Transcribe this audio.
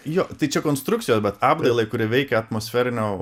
jo tai čia konstrukcijos bet apdailai kuri veikia atmosferinio